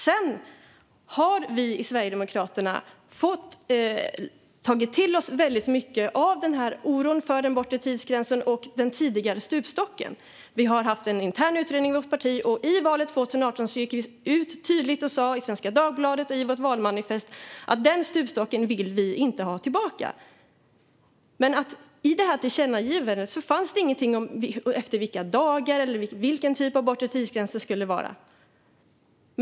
Vi har i Sverigedemokraterna tagit till oss väldigt mycket av oron för den bortre tidsgränsen och den tidigare stupstocken. Vi har haft en intern utredning i vårt parti. I valet 2018 gick vi ut tydligt och sa i Svenska Dagbladet och i vårt valmanifest att vi inte vill ha tillbaka den stupstocken. I tillkännagivandet fanns det ingenting om efter vilket antal dagar eller vilken typ av bortre tidsgräns det skulle vara.